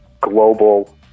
global